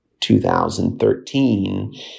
2013